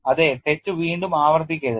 അതേ തെറ്റ് വീണ്ടും ആവർത്തിക്കരുത്